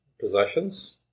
possessions